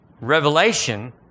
Revelation